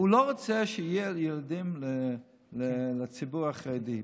הוא לא רוצה שיהיו ילדים לציבור החרדי.